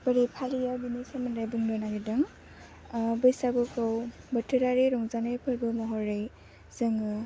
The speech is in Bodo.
बोरै फालियो बेनि सोमोन्दै बुंनो नागिरदों बैसागुखौ बोथोरारि रंजानाय फोर्बो महरै जोङो